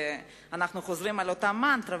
אנחנו חוזרים על אותה מנטרה,